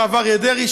הרב אריה דרעי,